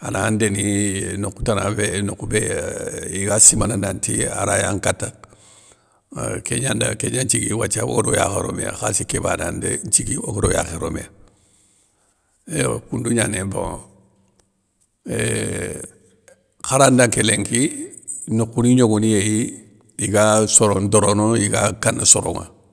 ana ndémi nokhou tana, nokhou bé éuuuh iga simana nanti, arayan nkata, éeuuu kégnada, kégnan nthigui. wathia ogado yakhe ro mé, khalssi ké banane ndé nthigui, ogaro yakhe ro mé ya. Yo koundou gnani, bon euuh kharan nda nké lénki, nokhou ni gnogoniyéyi, iga soro ndorono iga kana soronŋa.